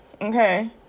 Okay